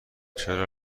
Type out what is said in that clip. چرا